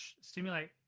stimulate